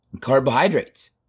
carbohydrates